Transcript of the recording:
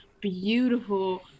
beautiful